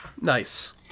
nice